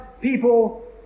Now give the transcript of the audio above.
people